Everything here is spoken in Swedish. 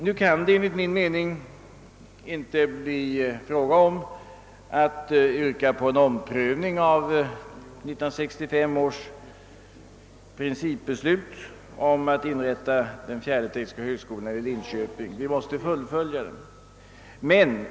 Nu kan det enligt min mening inte bli fråga om att yrka på en omprövning av 1965 års principbeslut om att inrätta den fjärde tekniska högskolan i Linköping. Vi måste fullfölja detta beslut.